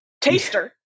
taster